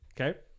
Okay